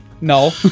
No